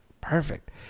perfect